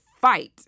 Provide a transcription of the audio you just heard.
fight